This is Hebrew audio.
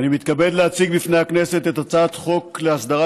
אני מתכבד להציג בפני הכנסת את הצעת חוק להסדרת